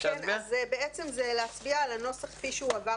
בעצם זה להצביע על הנוסח החדש כפי שהועבר